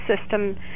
system